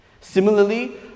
Similarly